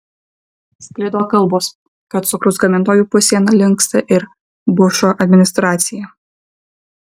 sklido kalbos kad cukraus gamintojų pusėn linksta ir bušo administracija